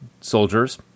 soldiers